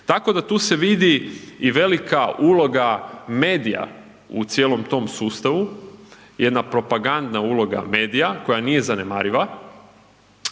tako da tu se vidi i velika uloga medija u cijelom tom sustavu, jedna propagandna uloga medija koja nije nezanemariva,